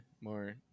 more